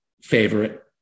favorite